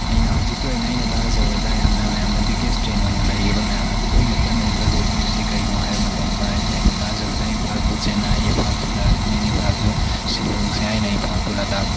ꯑꯩꯅ ꯍꯧꯖꯤꯛꯀꯤ ꯑꯣꯏꯅ ꯑꯩꯅ ꯇꯥꯖꯕꯗ ꯌꯥꯝꯅ ꯃꯌꯥꯝꯅ ꯌꯥꯝꯅ ꯕꯤꯒꯦꯁ ꯇ꯭ꯔꯦꯟ ꯑꯣꯏꯅ ꯂꯩꯔꯤꯕ ꯃꯌꯥꯝꯅ ꯇꯣꯏꯅ ꯆꯠꯅꯔꯤꯕ ꯔꯨꯠ ꯑꯁꯤ ꯀꯔꯤꯅꯣ ꯍꯥꯏꯕ ꯃꯇꯝꯗ ꯑꯩꯈꯣꯏꯅ ꯇꯥꯖꯕꯗ Imphal to Chennai Imphal to Darjeeling Imphal to ꯁꯤꯂꯣꯡꯁꯦ ꯏꯝꯐꯥꯜ ꯇꯨ ꯂꯥꯗꯥꯛ